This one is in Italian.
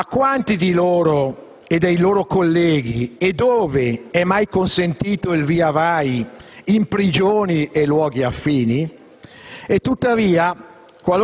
a quanti di loro e dei loro colleghi, e dove, è mai consentito il viavai in prigioni e luoghi affini? E tuttavia,